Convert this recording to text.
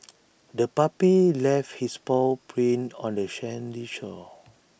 the puppy left its paw prints on the sandy shore